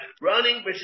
running